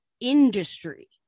industry